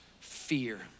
fear